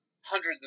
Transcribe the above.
hundreds